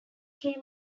came